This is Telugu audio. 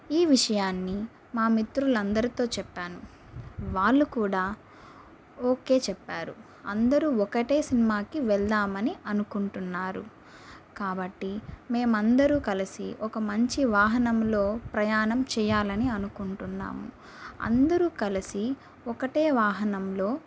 ఈ విషయాన్ని మా మిత్రులందరితో చెప్పాను వాళ్ళు కూడా ఓకే చెప్పారు అందరూ ఒకటే సినిమాకి వెళ్దామని అనుకుంటున్నారు కాబట్టి మేమందరు కలిసి ఒక మంచి వాహనంలో ప్రయాణం చెయ్యాలని అనుకుంటున్నాము అందరూ కలిసి ఒకటే వాహనంలో